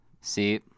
See